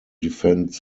defend